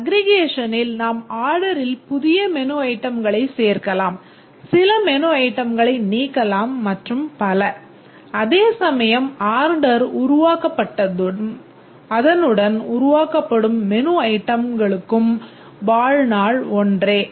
அக்ரிகேஷனில் நாம் ஆர்டரில் புதிய மெனு ஐட்டம்களைச் சேர்க்கலாம் சில மெனு ஐட்டம்களை நீக்கலாம் மற்றும் பல அதேசமயம் ஆர்டர் உருவாக்கப்பட்டதும் அதனுடன் உருவாக்கப்படும் மெனு ஐட்டம்களுக்கும் வாழ்நாள் ஒன்றே